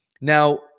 Now